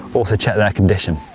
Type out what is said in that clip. also check their condition.